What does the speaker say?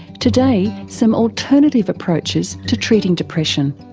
today, some alternative approaches to treating depression.